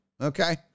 Okay